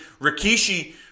Rikishi